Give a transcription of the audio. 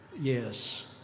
yes